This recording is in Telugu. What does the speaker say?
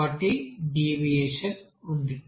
కాబట్టి డీవియేషన్ ఉంది